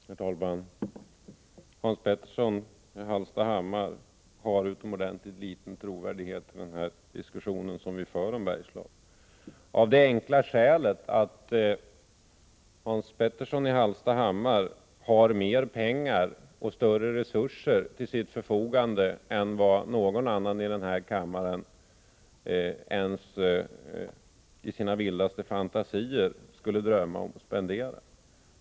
Herr talman! Hans Petersson i Hallstahammar har utomordentligt liten trovärdighet i den diskussion vi för om Bergslagen av det enkla skälet att han har mer pengar och större resurser till sitt förfogande än vad någon annan i den här kammaren ens i sina vildaste fantasier skulle drömma om att spendera.